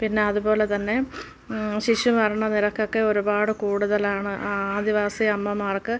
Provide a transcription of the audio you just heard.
പിന്നെ അതുപോലെ തന്നെ ശിശു മരണ നിരക്കൊക്കെ ഒരുപാട് കൂടുതലാണ് ആദിവാസി അമ്മമാർക്ക്